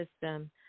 system